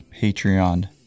Patreon